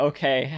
Okay